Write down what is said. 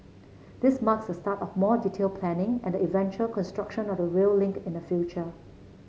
this marks the start of more detailed planning and the eventual construction of the rail link in the future